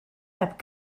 heb